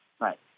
right